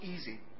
easy